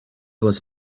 was